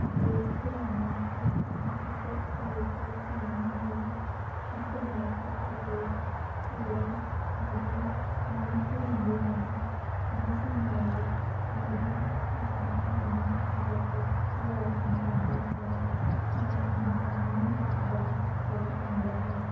ਦੇ ਘਰਾਣੇ ਵਿੱਚੋਂ ਇੱਕ ਔਰਤ ਸੋਨੇ ਦੀ ਇੱਕ ਨੱਥ ਅਤੇ ਚੂੜਾ ਨਦੀ ਨੂੰ ਚੜਾਉਂਦੇ ਹਨ ਜਿਸ ਨਾਲ ਨਦੀ ਆਪਣਾ ਪਾਣੀ ਵਾਪਿਸ ਲੈ ਜਾਂਦੀ ਹੈ ਅਤੇ ਆਮ ਜਨਤਾ ਨੂੰ ਵੀ ਸੁੱਖ ਦਾ ਸਾਹ ਆਉਂਦਾ ਹੈ